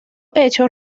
hechos